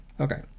okay